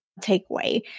takeaway